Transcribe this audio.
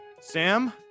Sam